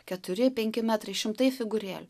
keturi penki metrai šimtai figūrėlių